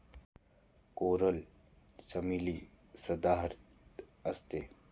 coral चमेली सदाहरित असते